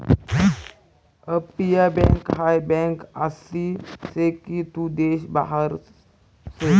अपटीया हाय बँक आसी से की तू देश बाहेर से